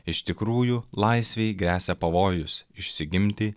iš tikrųjų laisvei gresia pavojus išsigimti